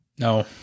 No